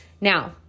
now